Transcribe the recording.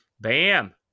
Bam